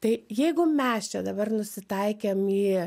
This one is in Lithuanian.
tai jeigu mes čia dabar nusitaikėm į